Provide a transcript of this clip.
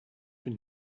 been